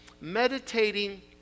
meditating